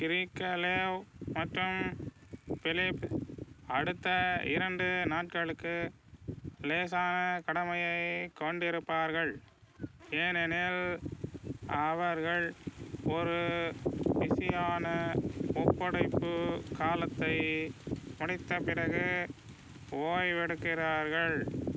Krikalev மற்றும் Phillips அடுத்த இரண்டு நாட்களுக்கு லேசான கடமையைக் கொண்டிருப்பார்கள் ஏனெனில் அவர்கள் ஒரு பிஸியான ஒப்படைப்பு காலத்தை முடித்த பிறகு ஓய்வெடுக்கிறார்கள்